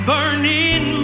Burning